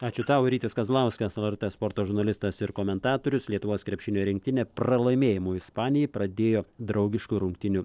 ačiū tau rytis kazlauskas lrt sporto žurnalistas ir komentatorius lietuvos krepšinio rinktinė pralaimėjimu ispanijai pradėjo draugiškų rungtynių